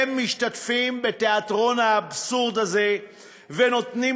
הם משתתפים בתיאטרון האבסורד הזה ונותנים